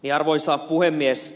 arvoisa puhemies